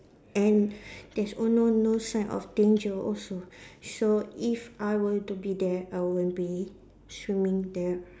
and there's all no no sign of danger also so if I were to be there I won't be swimming there